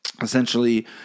essentially